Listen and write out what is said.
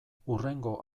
hurrengo